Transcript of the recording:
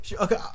okay